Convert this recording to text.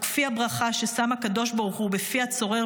או כפי הברכה ששם הקדוש ברוך הוא בפיו של הצורר